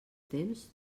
temps